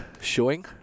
showing